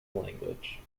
language